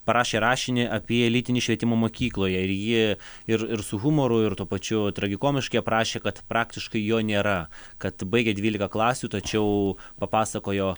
parašė rašinį apie lytinį švietimą mokykloje ir ji ir ir su humoru ir tuo pačiu tragikomiškai aprašė kad praktiškai jo nėra kad baigė dvylika klasių tačiau papasakojo